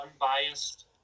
unbiased